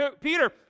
Peter